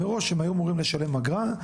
מראש היו אמורים לשלם אגרה,